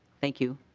thank you.